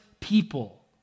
people